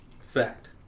Fact